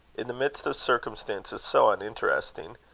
in the midst of circumstances so uninteresting,